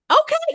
Okay